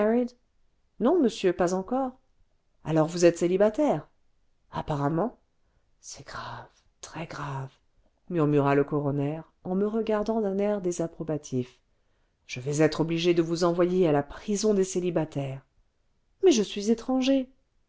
non monsieur pas encore alors vous êtes célibataire apparemment c'est grave très grave murmura le coroner en me regardant d'un air désapprobatif je vais être obligé de vous envoyer à la prison des célibataires mais je suis étranger